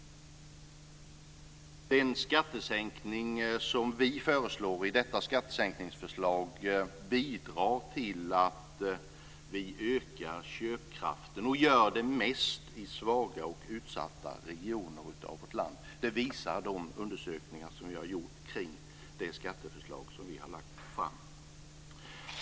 Den skattesänkning som vi föreslår i detta skattesänkningsförslag bidrar till att vi ökar köpkraften och gör det mest i svaga och utsatta regioner av landet. Det visar de undersökningar som vi har gjort kring det skatteförslag som vi har lagt fram.